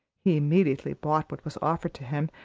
he immediately bought what was offered to him,